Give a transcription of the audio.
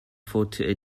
faute